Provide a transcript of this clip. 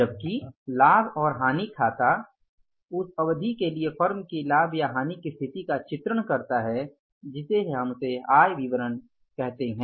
जबकि लाभ और हानि खाता या आय विवरण उस अवधि के लिए फर्म की लाभ या हानि की स्थिति का चित्रण करता है जिसके लिए उस आय विवरण को तैयार किया जा रहा है